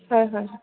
হয় হয়